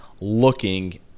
looking